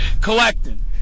collecting